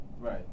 Right